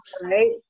right